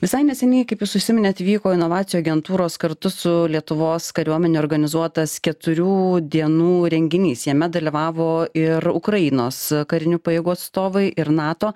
visai neseniai kaip jūs užsiminėt vyko inovacijų agentūros kartu su lietuvos kariuomene organizuotas keturių dienų renginys jame dalyvavo ir ukrainos karinių pajėgų atstovai ir nato